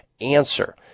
Answer